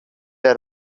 her